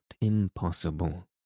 impossible